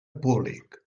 públic